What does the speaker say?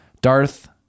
Darth